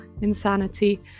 insanity